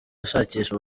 ashakisha